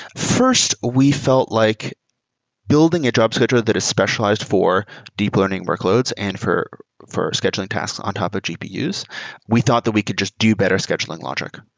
first, we felt like building a job scheduler that is specialized for deep learning workloads and for for scheduling tasks on top of gps, we thought that we could just do better scheduling logic.